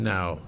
Now